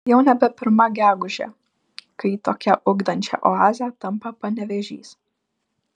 jau nebe pirma gegužė kai tokia ugdančia oaze tampa panevėžys